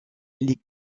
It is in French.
les